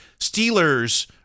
Steelers